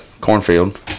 cornfield